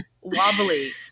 wobbly